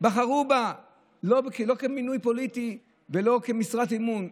שבחרו בה לא כמינוי פוליטי ולא כמשרת אמון,